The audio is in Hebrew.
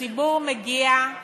לציבור מגיעה